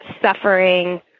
suffering